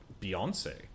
Beyonce